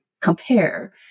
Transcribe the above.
compare